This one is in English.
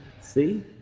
See